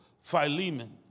Philemon